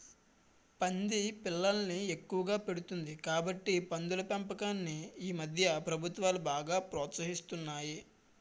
పంది పిల్లల్ని ఎక్కువగా పెడుతుంది కాబట్టి పందుల పెంపకాన్ని ఈమధ్య ప్రభుత్వాలు బాగా ప్రోత్సహిస్తున్నాయి